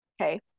Okay